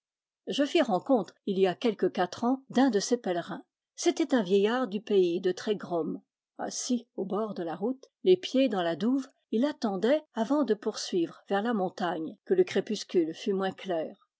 je fis rencontre il y a quelque quatre ans d'un de ces pèlerins c'était un vieillard du pays de trégrom assis au bord de la route les pieds dans la douve il attendait avant de poursuivre vers la montagne que le crépuscule fût moins clair